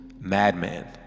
madman